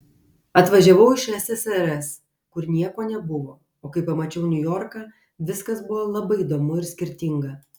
atvažiavau iš ssrs kur nieko nebuvo o kai pamačiau niujorką viskas buvo labai įdomu ir skirtinga